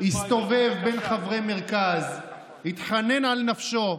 הסתובב בין חברי מרכז, התחנן על נפשו,